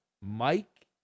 Mike